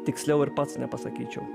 tiksliau ir pats nepasakyčiau